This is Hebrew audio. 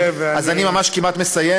אני מכיר את זה, ואני, אני ממש כמעט מסיים.